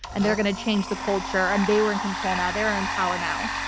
and they were going to change the culture. and they were in control now, they were in power now.